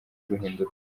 guhinduka